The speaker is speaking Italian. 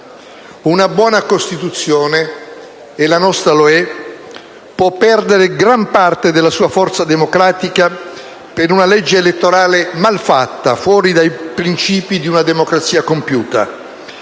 Una buona Costituzione (e la nostra lo è) può perdere gran parte della sua forza democratica per una legge elettorale malfatta, fuori dai principi di una democrazia compiuta.